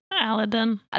Aladdin